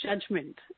judgment